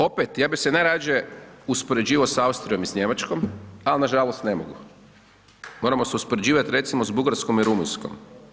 Opet, ja bi se najrađe uspoređivao sa Austrijom i Njemačkom, ali nažalost, ne mogu, moramo se uspoređivati, recimo, s Bugarskom i Rumunjskom.